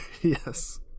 Yes